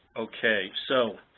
ok, so,